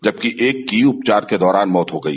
जबकि एक की उपचार के दौरान मौत हो गई